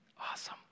Awesome